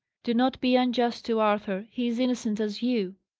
do not be unjust to arthur. he is innocent as you.